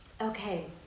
Okay